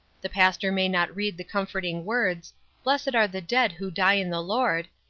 the pastor may not read the comforting words blessed are the dead who die in the lord,